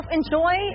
enjoy